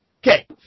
Okay